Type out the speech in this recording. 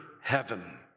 heaven